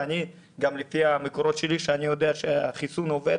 וגם לפי המקורות שלי אני יודע שהחיסון עובד.